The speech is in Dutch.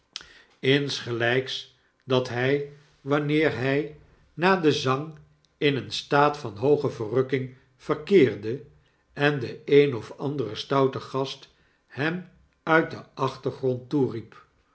insgelyks dat hy wanneer hjj na den zang in een staat van hooge verrukking verkeerde en de een of andere stoute gast hem uit den achtergrond toeriep